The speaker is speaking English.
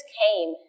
came